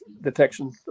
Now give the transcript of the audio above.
detection